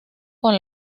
con